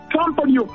company